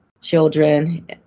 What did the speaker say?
children